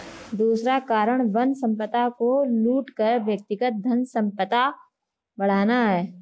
दूसरा कारण वन संपदा को लूट कर व्यक्तिगत धनसंपदा बढ़ाना है